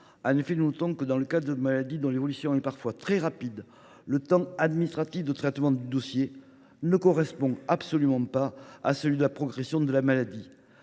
En effet, pour les maladies dont l’évolution est parfois très rapide, le temps administratif de traitement du dossier ne correspond pas à celui de la progression de la maladie.